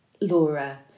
Laura